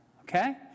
Okay